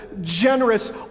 generous